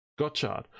Gotchard